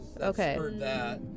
Okay